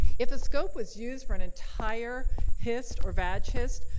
if a scope was used for an entire hyst or vag hyst,